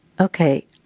okay